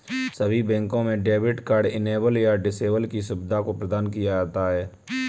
सभी बैंकों में डेबिट कार्ड इनेबल या डिसेबल की सुविधा को प्रदान किया जाता है